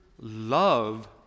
love